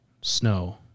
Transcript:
snow